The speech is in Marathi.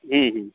हं हं